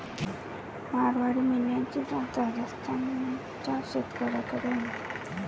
मारवाडी मेंढ्यांची जात राजस्थान च्या शेतकऱ्याकडे आहे